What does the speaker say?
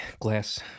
glass